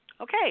Okay